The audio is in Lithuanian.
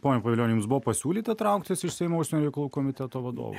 pone pavilioni jums buvo pasiūlyta trauktis iš seimo užsienio reikalų komiteto vadovo